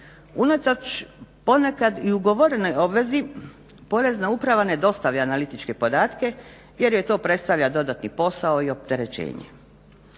Unatoč ponekad i ugovorenoj obvezi Porezna uprava ne dostavlja analitičke podatke jer joj to predstavlja dodatni posao i opterećenje.